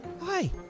Hi